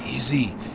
Easy